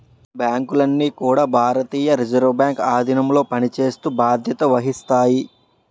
బ్యాంకులన్నీ కూడా భారతీయ రిజర్వ్ బ్యాంక్ ఆధీనంలో పనిచేస్తూ బాధ్యత వహిస్తాయి